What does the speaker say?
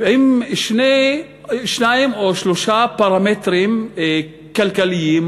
עם שניים או שלושה פרמטרים כלכליים,